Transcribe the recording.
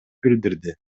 билдирди